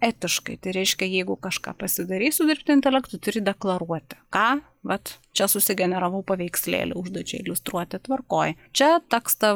etiškai tai reiškia jeigu kažką pasidarei su dirbtiniu intelektu turi deklaruoti ką vat čia susigeneravau paveikslėlį užduočiai iliustruoti tvarkoj čia tekstą